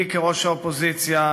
אני כראש האופוזיציה,